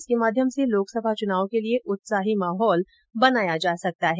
इसके माध्यम से लोकसभा चुनाव के लिए उत्साही माहौल बनाया जा सकता है